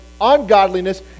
ungodliness